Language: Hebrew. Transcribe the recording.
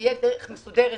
שתהיה דרך מסודרת,